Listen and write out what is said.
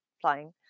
flying